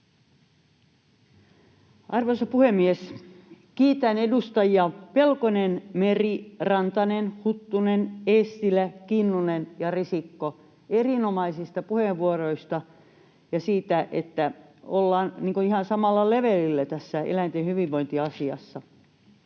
Arvoisa puhemies! Kiitän edustajia Pelkonen, Meri, Rantanen, Huttunen, Eestilä, Kinnunen ja Risikko erinomaisista puheenvuoroista ja siitä, että ollaan ihan samalla levelillä tässä eläinten hyvinvointiasiassa.